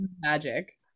Magic